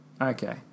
Okay